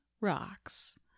rocks